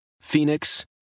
Phoenix